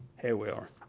here we are.